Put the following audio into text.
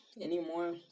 anymore